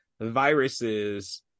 viruses